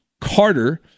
Carter